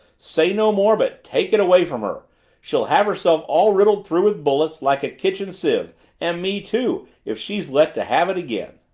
say no more but take it away from her she'll have herself all riddled through with bullets like a kitchen sieve and me too if she's let to have it again.